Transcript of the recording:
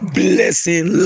blessing